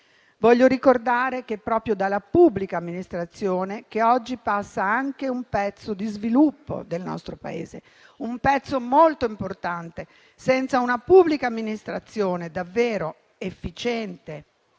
Voglio ricordare che è proprio dalla pubblica amministrazione che oggi passa anche un pezzo di sviluppo del nostro Paese, un pezzo molto importante. Senza una pubblica amministrazione davvero efficiente